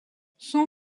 son